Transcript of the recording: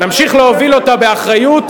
נמשיך להוביל אותה באחריות